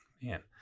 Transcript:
man